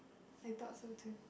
I thought so too